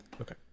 Okay